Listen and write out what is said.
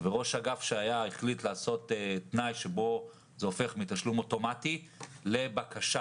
וראש האגף החליט לקבוע תנאי שזה הופך מתשלום אוטומטי לבקשה.